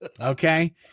Okay